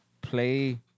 play